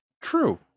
True